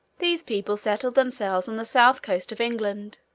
these people settled themselves on the south coast of england,